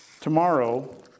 Tomorrow